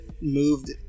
moved